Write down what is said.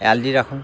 এৰাল দি ৰাখোঁ